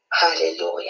Hallelujah